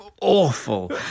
awful